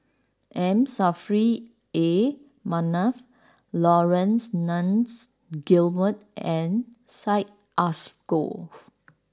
M Saffri A Manaf Laurence Nunns Guillemard and Syed Alsagoff